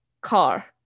car